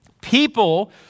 People